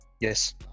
Yes